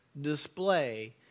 display